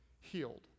healed